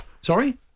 sorry